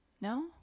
No